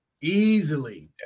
Easily